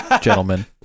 gentlemen